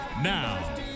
Now